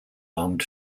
armed